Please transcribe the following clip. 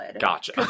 Gotcha